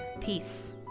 Peace